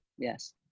Yes